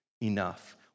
enough